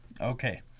Okay